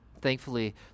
Thankfully